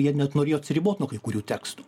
jie net norėjo atsiribot nuo kai kurių tekstų